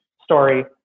story